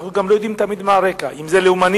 אנו לא יודעים תמיד מה הרקע, אם לאומני,